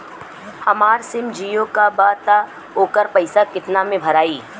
हमार SIM Jio का बा त ओकर पैसा कितना मे भराई?